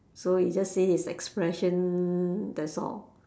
so you just see his expression that's all